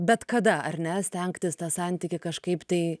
bet kada ar ne stengtis tą santykį kažkaip tai